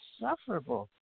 insufferable